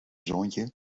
zoontje